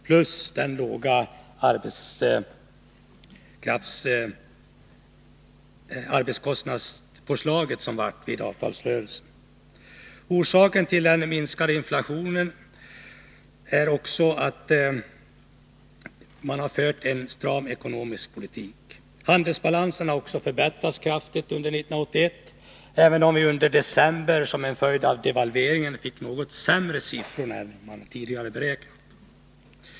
En annan orsak är det låga arbetskostnadspåslaget i avtalsrörelsen. Handelsbalansen förbättrades kraftigt under 1981, även om vi under december, som en följd av devalveringen, fick något sämre siffror än beräknat.